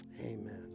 Amen